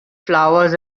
flowers